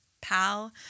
pal